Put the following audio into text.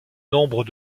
nombre